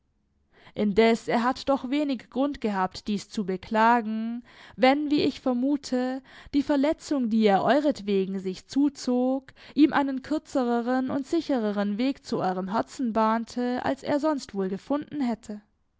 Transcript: indes er hat doch wenig grund gehabt dies zu beklagen wenn wie ich vermute die verletzung die er euretwegen sich zuzog ihm einen kürzeren und sicherern weg zu eurem herzen bahnte als er sonst wohl gefunden hätte